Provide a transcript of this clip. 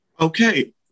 Okay